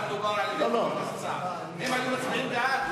דיבר חבר הכנסת סער הם היו מצביעים בעד?